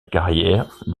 carrière